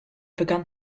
begun